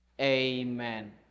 Amen